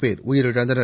பேர் உயிரிழந்தனர்